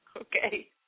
Okay